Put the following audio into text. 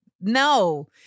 No